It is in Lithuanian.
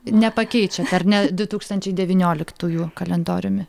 nepakeičiat ar ne du tūkstančiai devynioliktųjų kalendoriumi